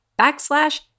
backslash